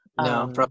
No